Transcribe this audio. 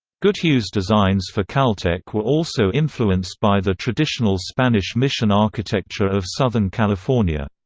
goodhue's designs for caltech were also influenced by the traditional spanish mission architecture of southern california.